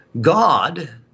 God